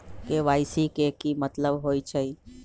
KYC के कि मतलब होइछइ?